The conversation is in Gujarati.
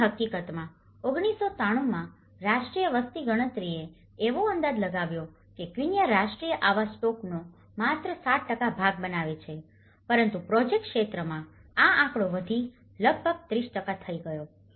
અને હકીકતમાં 1993 માં રાષ્ટ્રીય વસ્તી ગણતરીએ એવો અંદાજ લગાવ્યો હતો કે ક્વિન્ચા રાષ્ટ્રીય આવાસ સ્ટોકનો માત્ર 7 ભાગ બનાવે છે પરંતુ પ્રોજેક્ટ ક્ષેત્રમાં આ આંકડો વધીને લગભગ 30 થઈ ગયો છે